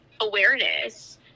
awareness